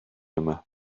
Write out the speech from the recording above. yma